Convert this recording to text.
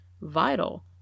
vital